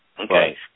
okay